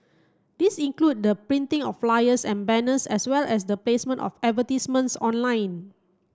these include the printing of flyers and banners as well as the placement of advertisements online